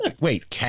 Wait